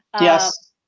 Yes